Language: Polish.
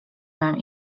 mam